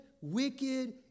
wicked